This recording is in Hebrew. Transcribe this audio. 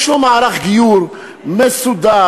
יש מערך גיור מסודר,